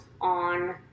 on